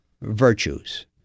virtues